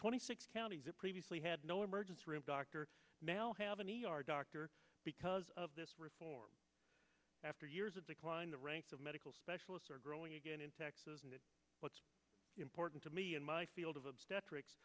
twenty six counties that previously had no emergency room doctor male have an e r doctor because of this reform after years of decline the ranks of medical specialists are growing again in texas and what's important to me in my field of obstetric